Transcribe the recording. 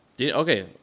Okay